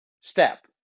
step